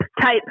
type